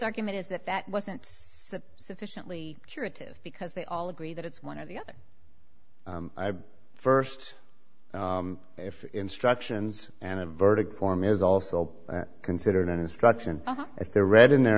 argument is that that wasn't sufficiently curative because they all agree that it's one of the first if instructions and a verdict form is also considered an instruction if they're read in their